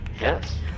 Yes